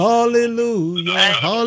Hallelujah